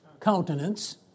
countenance